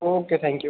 okay thank you